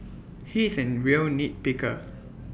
he is A real nitpicker